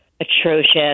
atrocious